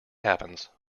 happens